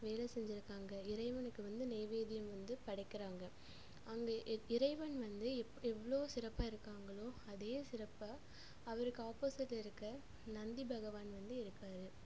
வேலை செஞ்சுருக்காங்க இறைவனுக்கு வந்து நெய்வேத்தியம் வந்து படைக்கிறாங்க அங்கே இறைவன் வந்து எவ்வளோ சிறப்பாக இருக்காங்களோ அதே சிறப்பை அவருக்கு ஆப்போசிட்டில் இருக்க நந்தி பகவான் வந்து இருக்கார்